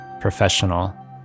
professional